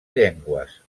llengües